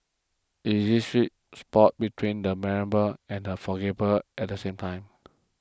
it is sweet spot between the memorable and a forgettable at the same time